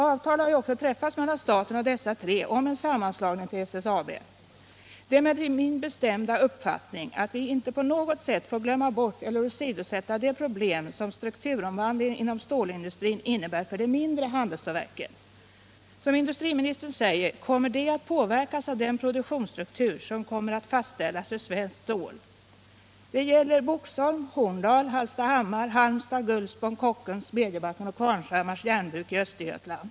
Avtal har ju också träffats mellan staten och dessa tre om en sammanslagning till SSAB. Det är emellertid min bestämda uppfattning att vi inte på något sätt får glömma bort eller åsidosätta de problem som strukturomvandlingen inom stålindustrin innebär för de mindre handelsstålverken. Som industriministern säger kommer de att påverkas av den produktionsstruktur som skall fastställas för svenskt stål. Det gäller Boxholm, Horndal, Hallstahammar, Halmstad, Gullspång, Kockums, Smedjebacken och Qvarnshammars Jernbruk i Östergötland.